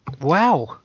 Wow